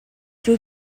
deux